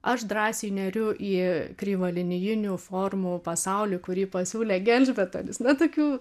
aš drąsiai neriu į kreivalinijinių formų pasaulį kurį pasiūlė gelžbetonis na tokių